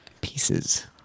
pieces